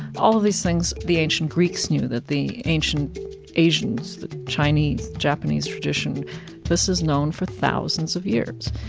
all of these things the ancient greeks knew that the ancient asians, the chinese, japanese tradition this is known for thousands of years.